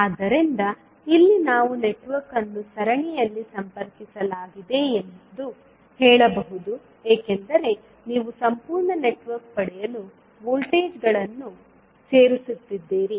ಆದ್ದರಿಂದ ಇಲ್ಲಿ ನಾವು ನೆಟ್ವರ್ಕ್ ಅನ್ನು ಸರಣಿಯಲ್ಲಿ ಸಂಪರ್ಕಿಸಲಾಗಿದೆ ಎಂದು ಹೇಳಬಹುದು ಏಕೆಂದರೆ ನೀವು ಸಂಪೂರ್ಣ ನೆಟ್ವರ್ಕ್ ಪಡೆಯಲು ವೋಲ್ಟೇಜ್ಗಳನ್ನು ಸೇರಿಸುತ್ತಿದ್ದೀರಿ